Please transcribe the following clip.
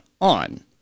on